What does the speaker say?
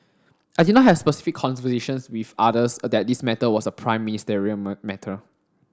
I did not have specific conversations with others that this matter was a prime ministerial matter